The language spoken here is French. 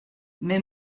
mais